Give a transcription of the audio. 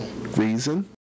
Reason